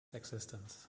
existence